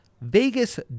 Vegas